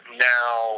now